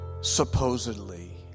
supposedly